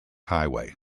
highway